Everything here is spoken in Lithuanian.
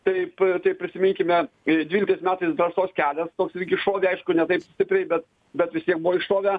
taip tai prisiminkime i dvyliktais metais drąsos kelias toks lyg įšovė aišku ne taip stipriai bet bet vis tiek buvo iššovę